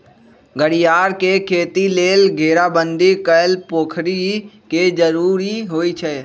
घरियार के खेती लेल घेराबंदी कएल पोखरि के जरूरी होइ छै